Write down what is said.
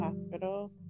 hospital